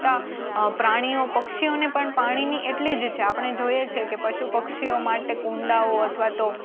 તા પ્રાણીઓ પક્ષીઓને પણ પાણીની એટલી જ છે આપણે જોઈએ છે કે પશુ પક્ષીઓ માટે કુંડાઓ અથવા તો